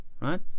right